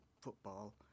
football